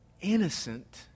innocent